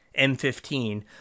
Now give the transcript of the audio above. M15